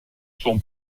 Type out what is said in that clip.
son